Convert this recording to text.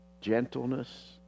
gentleness